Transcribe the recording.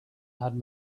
had